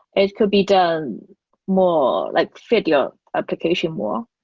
it could be done more like fit your application more.